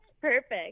perfect